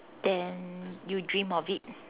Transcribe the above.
then you dream of it